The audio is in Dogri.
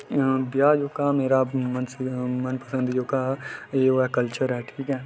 ब्याह् जोह्का मेरा ओह् ऐ कल्चर ऐ ठीक ऐ